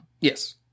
yes